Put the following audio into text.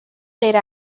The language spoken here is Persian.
غیر